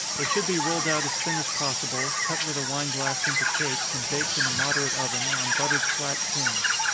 they should be rolled out as thin as possible, cut with a wine glass into cakes, and baked in a moderate oven, on buttered flat tins.